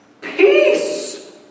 Peace